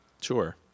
Sure